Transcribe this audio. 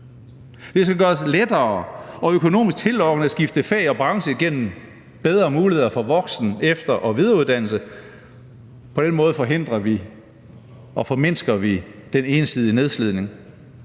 Det skal gøres lettere og økonomisk tillokkende at skifte fag og branche igennem bedre muligheder for voksen-, efter- og videreuddannelse. På den måde forhindrer og formindsker vi den ensidige nedslidning.